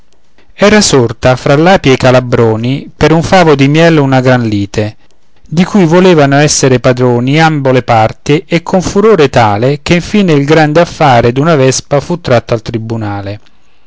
era sorta fra l'api e i calabroni per un favo di miel una gran lite di cui volevano essere padroni d'ambo le parti e con furore tale che infine il grande affare d'una vespa fu tratto al tribunale